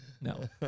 No